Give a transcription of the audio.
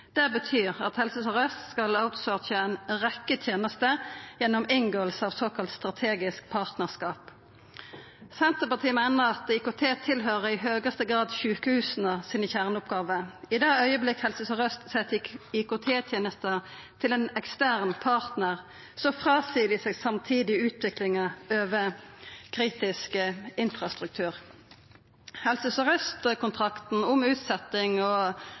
Det betyr at Helse Sør-Aust skal «outsource» ei rekkje tenester gjennom inngåing av såkalla strategisk partnarskap. Senterpartiet meiner at IKT høyrer i høgste grad til sjukehusa sine kjerneoppgåver. I det augeblikket Helse Sør-Aust set ut IKT-tenester til ein ekstern partnar, seier dei samtidig frå seg utviklinga over kritisk infrastruktur. Helse Sør-Aust-kontrakten om utsetjing av modernisering og